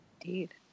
indeed